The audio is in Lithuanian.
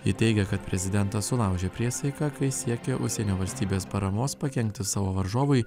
ji teigia kad prezidentas sulaužė priesaiką kai siekė užsienio valstybės paramos pakenkti savo varžovui